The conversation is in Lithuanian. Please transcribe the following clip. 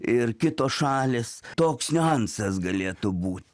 ir kitos šalys toks niuansas galėtų būti